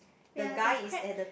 the guy is at the